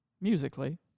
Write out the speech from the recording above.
Musically